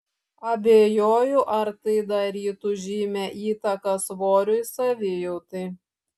abejoju ar tai darytų žymią įtaką svoriui savijautai